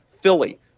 Philly